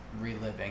reliving